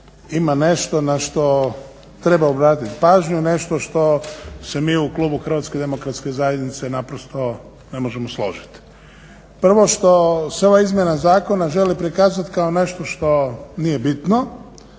ima nešto na što treba obratit pažnju, nešto što se mi u klubu Hrvatske demokratske zajednice naprosto ne možemo složiti. Prvo što se ova izmjena zakona želi prikazati kao nešto što nije bitno.